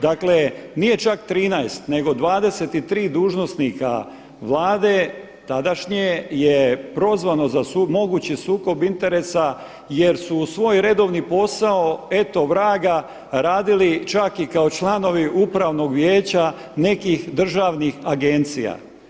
Dakle, nije čak 13, nego 23 dužnosnika Vlade tadašnje je prozvano za mogući sukob interesa jer su uz svoj redovni posao eto vraga radili čak i kao članovi Upravnog vijeća nekih državnih agencija.